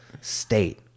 state